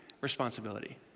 responsibility